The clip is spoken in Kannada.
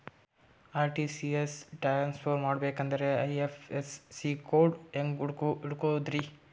ಆರ್.ಟಿ.ಜಿ.ಎಸ್ ಟ್ರಾನ್ಸ್ಫರ್ ಮಾಡಬೇಕೆಂದರೆ ಐ.ಎಫ್.ಎಸ್.ಸಿ ಕೋಡ್ ಹೆಂಗ್ ಹುಡುಕೋದ್ರಿ?